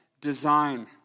design